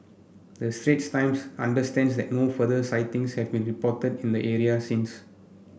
the Straits Times understands that no further sightings have been reported in the areas since